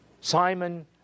Simon